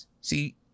See